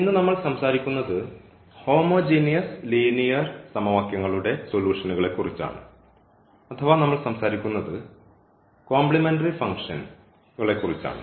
ഇന്ന് നമ്മൾ സംസാരിക്കുന്നത് ഹോമോജീനിയസ് ലീനിയർ സമവാക്യങ്ങളുടെ സൊലൂഷന്കളെക്കുറിച്ചാണ് അഥവാ നമ്മൾ സംസാരിക്കുന്നത് കോംപ്ലിമെൻററി ഫംഗ്ഷൻകളെക്കുറിച്ചാണ്